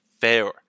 fair